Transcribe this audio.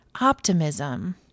Optimism